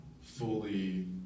fully